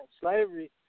Slavery